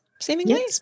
seemingly